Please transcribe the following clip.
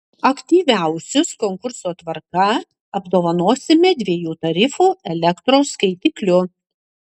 aktyviausius konkurso tvarka apdovanosime dviejų tarifų elektros skaitikliu